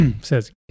says